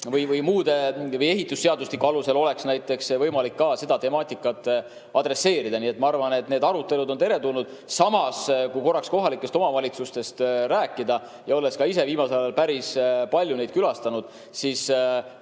või ehitusseadustiku alusel oleks võimalik ka seda temaatikat adresseerida. Ma arvan, et need arutelud on teretulnud. Samas, kui korraks kohalikest omavalitsustest rääkida – olen ka ise viimasel ajal päris palju neid külastanud –, siis